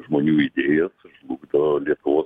žmonių idėjas žlugdo lietuvos